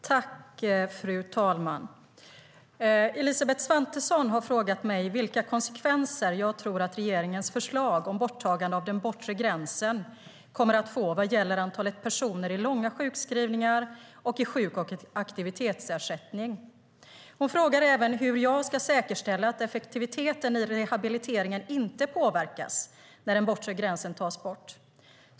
Fru talman! Elisabeth Svantesson har frågat mig vilka konsekvenser jag tror att regeringens förslag om borttagande av den bortre gränsen kommer att få vad gäller antalet personer i långa sjukskrivningar och i sjuk och aktivitetsersättning. Hon frågar även hur jag ska säkerställa att effektiviteten i rehabiliteringen inte påverkas när den bortre gränsen tas bort.